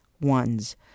One's